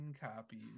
copies